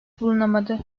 bulunamadı